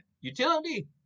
Utility